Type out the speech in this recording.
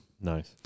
Nice